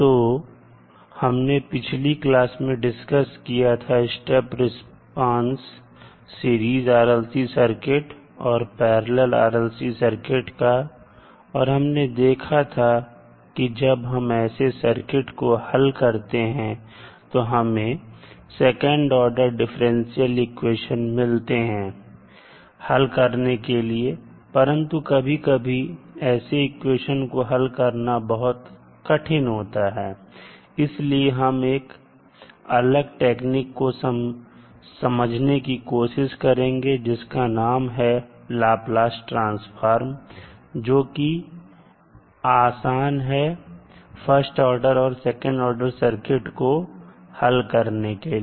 तो हमने पिछली क्लास में डिस्कस किया था step response series RLC circuit और पैरलल RLC सर्किट का और हमने देखा था कि जब हम ऐसे सर्किट हो हल करते हैं तो हमें सेकंड ऑर्डर डिफरेंशियल इक्वेशन मिलते हैं हल करने के लिए परंतु कभी कभी ऐसे इक्वेशन को हल करना बहुत कठिन होता है इसलिए हम एक अलग टेक्निक को समझने की कोशिश करेंगे जिसका नाम है लाप्लास ट्रांसफार्म जो कि आसान है फर्स्ट ऑर्डर और सेकंड ऑर्डर सर्किट को हल करने के लिए